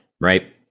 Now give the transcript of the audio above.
right